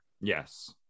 Yes